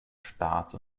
staats